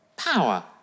power